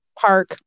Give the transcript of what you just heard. park